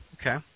Okay